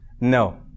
no